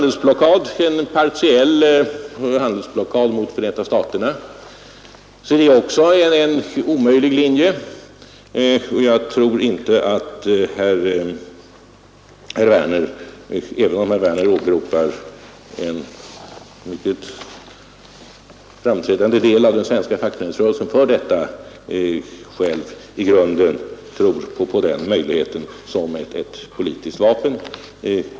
En partiell handelsblockad mot Förenta staterna är också en omöjlig linje, och jag tror inte att herr Werner — även om herr Werner åberopar en mycket framträdande del av den svenska fackföreningsrörelsen för detta — själv i grunden tror på den möjligheten som ett politiskt vapen.